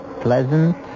pleasant